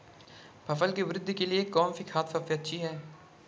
फसल की वृद्धि के लिए कौनसी खाद सबसे अच्छी है?